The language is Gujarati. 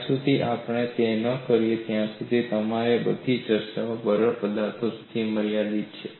જ્યાં સુધી આપણે તે ન કરીએ ત્યાં સુધી અમારી બધી ચર્ચા બરડ પદાર્થ સુધી મર્યાદિત છે